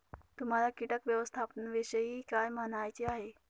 तुम्हाला किटक व्यवस्थापनाविषयी काय म्हणायचे आहे?